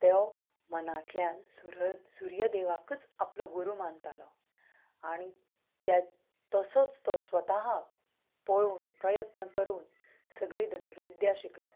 तो मनांतल्यान सुर्य सुर्यदेवाकच आपलो गुरू मानतालो आनी त्याच तसोच तो स्वता पळोवन प्रयत्न करून सगळीं धनुविद्या शिकलो